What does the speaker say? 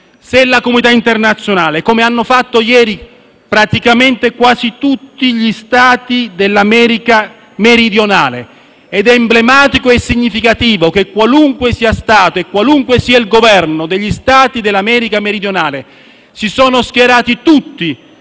che la comunità internazionale si comporti come hanno fatto ieri praticamente quasi tutti gli Stati dell'America meridionale. È emblematico e significativo che, qualunque sia stato e qualunque sia il Governo degli Stati dell'America meridionale, si siano schierati tutti